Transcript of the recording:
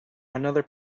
another